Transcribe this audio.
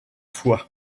fois